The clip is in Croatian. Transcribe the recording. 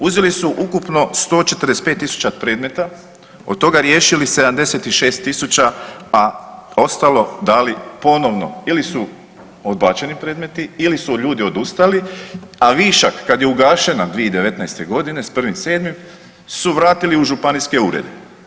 Uzeli su ukupno 145.000 predmeta, od toga riješili 76.000, a ostalo dali ponovno ili su odbačeni predmeti ili su ljudi odustali, a višak kad je ugašena 2019. godine s 1.7. su vratili u županijske urede.